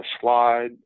slide